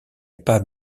pas